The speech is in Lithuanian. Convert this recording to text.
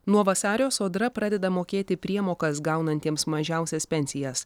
nuo vasario sodra pradeda mokėti priemokas gaunantiems mažiausias pensijas